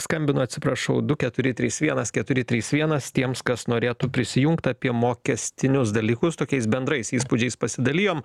skambino atsiprašau du keturi trys vienas keturi trys vienas tiems kas norėtų prisijungt apie mokestinius dalykus tokiais bendrais įspūdžiais pasidalijom